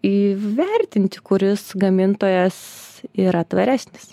įvertinti kuris gamintojas yra tvaresnis